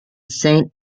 saint